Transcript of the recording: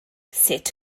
sut